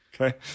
Okay